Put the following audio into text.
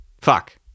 Fuck